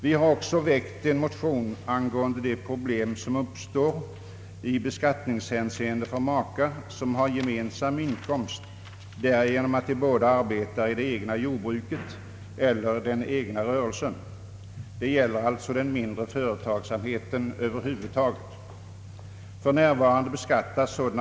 Vi har också väckt en motion angående de problem som uppstår i beskattningshänseende för makar som har gemensam inkomst därigenom att de båda arbetar i det egna jordbruket eller den egna rörelsen. Det gäller alltså den mindre företagsamheten över huvud taget.